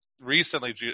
recently